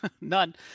None